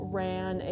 ran